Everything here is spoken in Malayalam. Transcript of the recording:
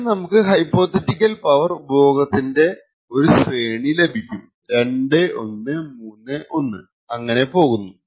ഇവിടെ നമുക്ക് ഹൈപോതെറ്റിക്കൽ പവർ ഉപഭോഗത്തിന്റെ ഒരു ശ്രേണി ലഭിക്കും 2131 അങ്ങനെ പോകുന്നു